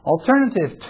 Alternative